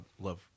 love